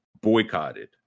boycotted